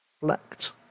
reflect